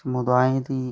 समुदाय दी